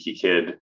kid